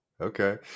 okay